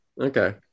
Okay